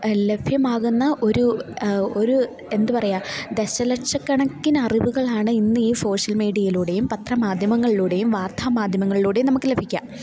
ലഭ്യമാകുന്ന ഒരു ഒരു എന്താണ് പറയുക ദശലക്ഷക്കണക്കിനറിവുകളാണ് ഇന്നീ സോഷ്യൽ മീഡിയയിലൂടെയും പത്രമാദ്ധ്യമങ്ങളിലൂടെയും വാർത്താമാദ്ധ്യമങ്ങളിലൂടെയും നമുക്ക് ലഭിക്കുക